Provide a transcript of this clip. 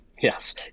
Yes